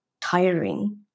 tiring